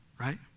right